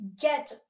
get